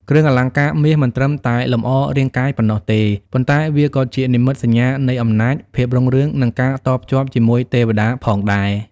គ្រឿងអលង្ការមាសមិនត្រឹមតែលម្អរាងកាយប៉ុណ្ណោះទេ ប៉ុន្តែវាក៏ជានិមិត្តសញ្ញានៃអំណាច ភាពរុងរឿង និងការតភ្ជាប់ជាមួយទេវតាផងដែរ។